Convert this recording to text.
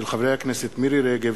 הצעתם של חברי הכנסת מירי רגב,